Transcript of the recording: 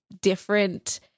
different